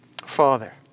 Father